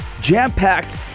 jam-packed